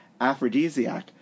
aphrodisiac